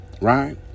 right